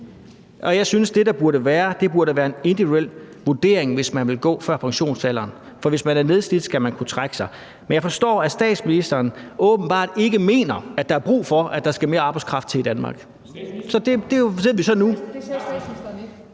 og at det, der burde være, er en individuel vurdering, hvis man vil gå før pensionsalderen. For hvis man er nedslidt, skal man kunne trække sig. Men jeg forstår, at statsministeren åbenbart ikke mener, at der er brug for, at der kommer mere arbejdskraft i Danmark. Det ved vi så nu.